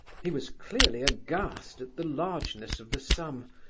he was clearly aghast at the largeness of the sum,